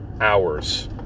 hours